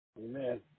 Amen